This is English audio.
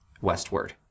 westward